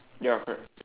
ya correct